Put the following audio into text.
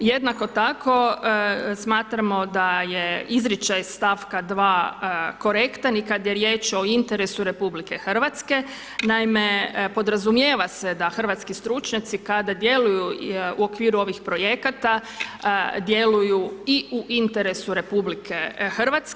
Jednako tako smatramo da je izričaj stavka 2. korektan i kad je riječ o interesu RH, naime podrazumijeva se da Hrvatski stručnjaci kada djeluju u okviru ovih projekata djeluju i u interesu RH.